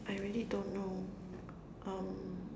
I really don't know um